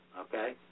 Okay